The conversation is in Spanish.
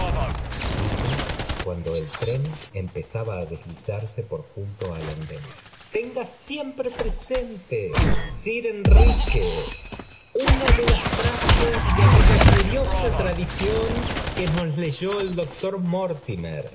l cua rí ren empezaba deslizarse ltm to aí a dén tenga siempre presente sir t enrique una de las frases de aquella curiosa tradición que nos leyó el doctor mortimer y